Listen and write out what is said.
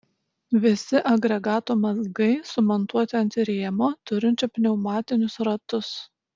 visi agregato mazgai sumontuoti ant rėmo turinčio pneumatinius ratus